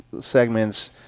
segments